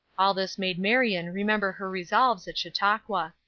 all this made marion remember her resolves at chautauqua.